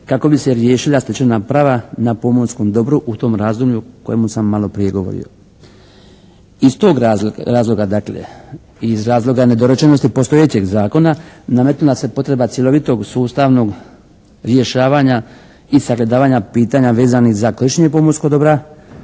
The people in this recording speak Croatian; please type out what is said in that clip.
kako bi se riješila stečena prava na pomorskom dobru u tom razdoblju o kojemu sam maloprije govorio. Iz tog razloga dakle, iz razloga nedorečenosti postojećeg Zakona nametnula se potreba cjelovitog sustavnog rješavanja i sagledavanja pitanja vezanih za korištenje pomorskog dobra